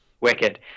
Wicked